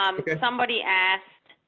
um okay. somebody asked,